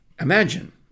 Imagine